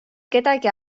kedagi